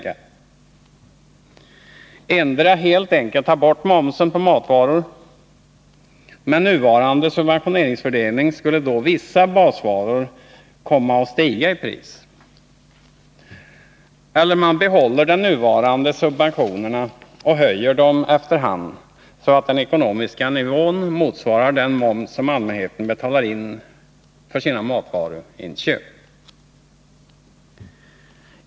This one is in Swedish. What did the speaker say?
Endera tar man helt enkelt bort momsen på matvaror, och då skulle — med nuvarande subventionsfördelning — vissa basvaror komma att stiga i pris, eller också behåller man de nuvarande subventionerna och höjer dem efter hand, så att den ekonomiska nivån motsvarar den moms som allmänheten betalar in i samband med sina matvaruinköp.